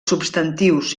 substantius